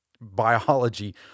Biology